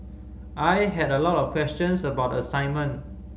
I had a lot of questions about the assignment